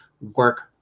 work